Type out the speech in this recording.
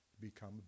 become